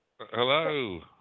Hello